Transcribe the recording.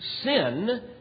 sin